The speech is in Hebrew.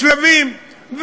בשלבים.